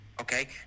Okay